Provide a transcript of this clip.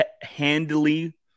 handily